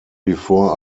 before